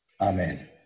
Amen